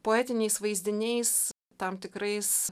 poetiniais vaizdiniais tam tikrais